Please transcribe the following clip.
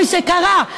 כפי שקרה?